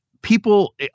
people